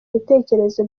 ibitekerezo